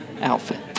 outfit